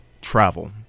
travel